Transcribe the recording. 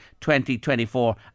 2024